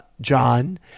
John